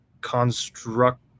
construct